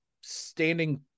standing